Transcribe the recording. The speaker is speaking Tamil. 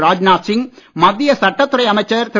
ராஜ்நாத் சிங் மத்திய சட்டத்துறை அமைச்சர் திரு